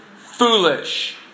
Foolish